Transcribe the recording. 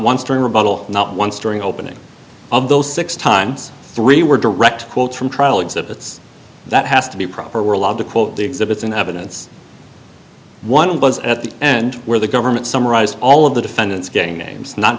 once during rebuttal not once during opening of those six times three were direct quotes from trial exhibits that has to be proper were allowed to quote the exhibits in evidence one was at the end where the government summarized all of the defendant's games not